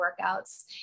workouts